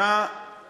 יש לנו שיטה ייצוגית